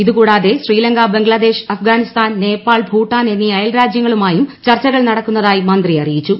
ഇതു കൂടാതെ ശ്രീലങ്ക ബംഗ്ലാദേശ് അഫ്ഗാനിസ്ഥാൻ നേപ്പാൾ ഭൂട്ടാൻ എന്നീ അയൽരാജ്യങ്ങളുമായും ചർച്ചകൾ നടക്കുന്നതായി മന്ത്രി അറിയിച്ചു